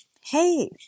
Hey